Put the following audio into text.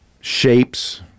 shapes